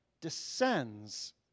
descends